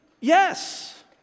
yes